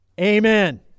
Amen